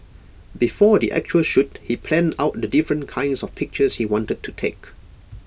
before the actual shoot he planned out the different kinds of pictures he wanted to take